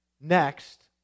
next